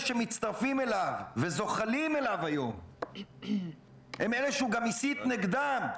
שמצטרפים אליו וזוחלים אליו היום הם אלה שהוא גם הסית נגדם,